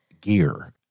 gear